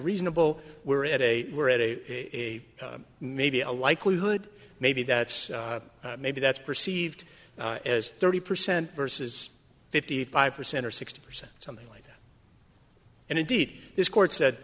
reasonable we're at a we're at a maybe a likelihood maybe that's maybe that's perceived as thirty percent versus fifty five percent or sixty percent something like that and indeed this court said